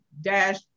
Dash